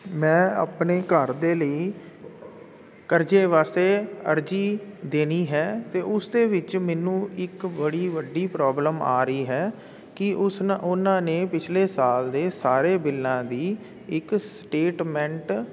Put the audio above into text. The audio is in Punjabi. ਮੈਂ ਆਪਣੇ ਘਰ ਦੇ ਲਈ ਕਰਜ਼ੇ ਵਾਸਤੇ ਅਰਜ਼ੀ ਦੇਣੀ ਹੈ ਅਤੇ ਉਸ ਦੇ ਵਿੱਚ ਮੈਨੂੰ ਇੱਕ ਬੜੀ ਵੱਡੀ ਪ੍ਰੋਬਲਮ ਆ ਰਹੀ ਹੈ ਕਿ ਉਸ ਉਨ੍ਹਾਂ ਨੇ ਪਿਛਲੇ ਸਾਲ ਦੇ ਸਾਰੇ ਬਿੱਲਾਂ ਦੀ ਇੱਕ ਸਟੇਟਮੈਂਟ